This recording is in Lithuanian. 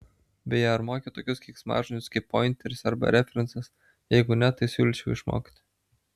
beje ar moki tokius keiksmažodžius kaip pointeris arba referencas jeigu ne tai siūlyčiau išmokti